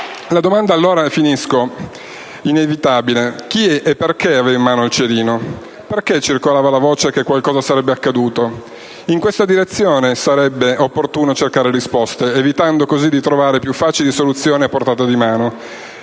La domanda allora è inevitabile: chi e perché aveva in mano il cerino? Perché circolava la voce che qualcosa sarebbe accaduto? In questa direzione sarebbe opportuno cercare risposte, evitando così di trovare più facili soluzioni a portata di mano.